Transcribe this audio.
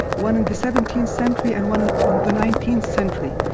one in the seventeenth century and one in ah the nineteenth century.